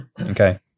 Okay